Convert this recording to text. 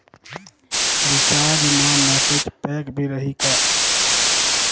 Recharge मा message pack भी रही का?